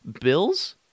bills